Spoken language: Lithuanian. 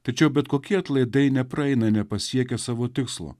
tačiau bet kokie atlaidai nepraeina nepasiekia savo tikslo